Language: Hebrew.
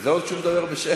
וזה עוד כשהוא מדבר בשקט.